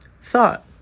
thought